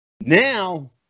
Now